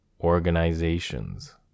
organizations